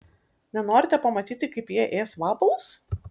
nenorite pamatyti kaip jie ės vabalus